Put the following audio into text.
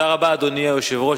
אדוני היושב-ראש,